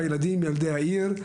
והילדים הם ילדי העיר,